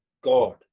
God